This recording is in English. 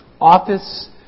office